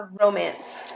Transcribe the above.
romance